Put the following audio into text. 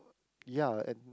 ya and